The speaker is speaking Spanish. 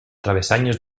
travesaños